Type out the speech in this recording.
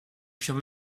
purent